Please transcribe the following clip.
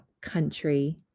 country